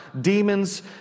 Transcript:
demons